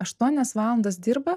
aštuonias valandas dirba